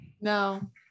No